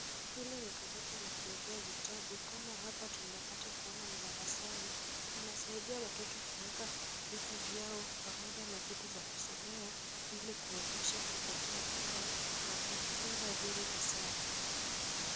Hili ni kabati la kuwekea vitabu. Kama hapa tunapata kuona ni darasani. Inasaidia watoto kuweka vitu vyao pamoja na vitu za kusomea ili kuepusha kupotea kwao na kutunza viwe visafi.